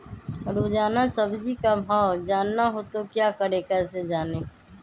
रोजाना सब्जी का भाव जानना हो तो क्या करें कैसे जाने?